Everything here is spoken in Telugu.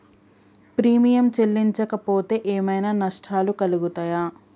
ప్రీమియం చెల్లించకపోతే ఏమైనా నష్టాలు కలుగుతయా?